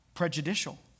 prejudicial